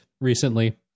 recently